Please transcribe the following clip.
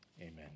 Amen